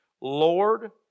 Lord